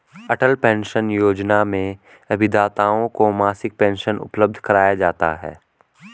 अटल pension योजना में अभिदाताओं को मासिक पेंशन उपलब्ध कराया जाता है